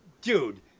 dude